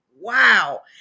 wow